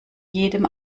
jedem